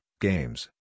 games